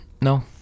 no